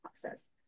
process